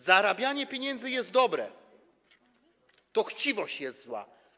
Zarabianie pieniędzy jest dobre, to chciwość jest zła.